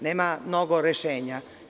Nema mnogo rešenja.